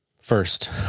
First